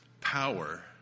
power